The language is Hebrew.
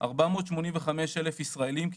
כ-485,000 ישראלים.